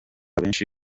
benshi